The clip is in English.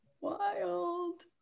Wild